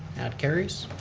that carries.